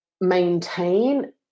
maintain